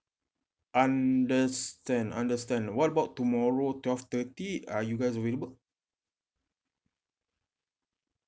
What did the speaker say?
understand understand what about tomorrow twelve thirty are you guys available